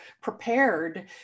prepared